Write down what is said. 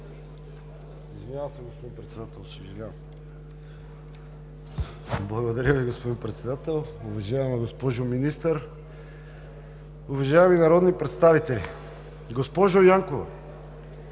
Извинявам се, господин Председател. Съжалявам. Благодаря Ви, господин Председател. Уважаема госпожо Министър, уважаеми народни представители! Госпожо Янкова,